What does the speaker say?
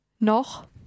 noch